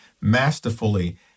masterfully